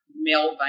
male